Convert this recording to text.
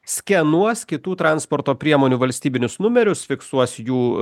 skenuos kitų transporto priemonių valstybinius numerius fiksuos jų